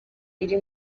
iri